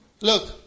Look